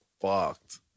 fucked